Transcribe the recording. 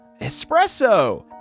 Espresso